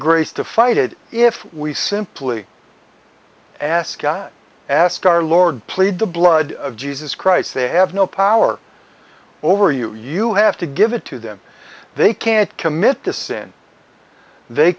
grace to fight it if we simply ask i ask our lord plead the blood of jesus christ they have no power over you you have to give it to them they can't commit to sin the